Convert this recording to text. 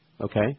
Okay